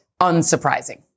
unsurprising